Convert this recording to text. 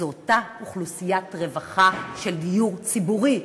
זו אותה אוכלוסיית רווחה של דיור ציבורי,